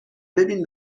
ببین